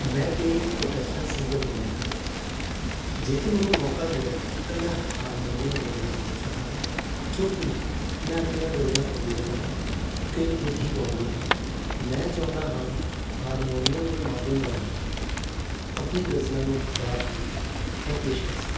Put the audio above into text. ਮੈਂ ਕੋਈ professional singer ਨਹੀਂ ਹਾਂ ਜੇਕਰ ਮੈਨੂੰ ਮੌਕਾ ਮਿਲਿਆ ਤਾਂ ਮੈਂ ਹਾਰਮੋਨੀਅਮ ਵਜਾਉਣਾ ਜ਼ਰੂਰ ਚਾਹਾਂਗਾ ਕਿਉਂਕਿ ਮੈਂ ਆਪਣੀਆਂ ਗਜ਼ਲਾਂ ਖੁਦ ਲਿਖਦਾ ਹਾਂ ਅਤੇ ਖੁਦ ਹੀ ਗਾਉਂਦਾ ਹਾਂ ਮੈਂ ਚਾਹੁੰਦਾ ਹਾਂ ਹਾਰਮੋਨੀਅਮ ਦੇ ਮਾਧਿਅਮ ਰਾਹੀਂ ਆਪਣੀ ਗਜ਼ਲਾਂ ਨੂੰ ਗਾ ਕੇ ਮੈਂ ਪੇਸ਼ ਕਰ ਸਕਾਂ